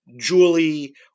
Julie